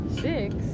Six